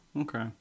okay